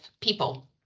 people